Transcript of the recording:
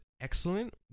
excellent